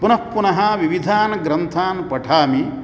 पुनः पुनः विविधान् ग्रन्थान् पठामि